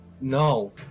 No